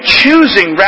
choosing